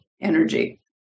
energy